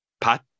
Pat